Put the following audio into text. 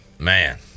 Man